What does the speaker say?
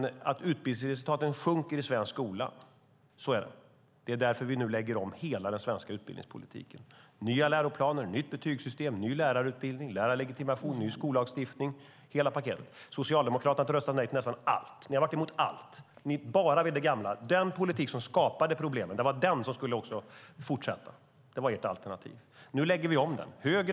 Ja, utbildningsresultaten sjunker i svensk skola. Så är det. Därför lägger vi om hela den svenska utbildningspolitiken. Det blir nya läroplaner, nytt betygssystem, ny lärarutbildning, lärarlegitimation, ny skollagstiftning, hela paketet. Socialdemokraterna har röstat nej till nästan allt. De har varit emot allt. De vill bara ha det gamla. Den politik som skapade problemen skulle fortsätta att föras. Det var ert alternativ, Agneta Gille. Vi lägger nu om politiken.